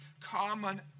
common